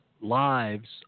lives